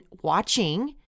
watching